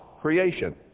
creation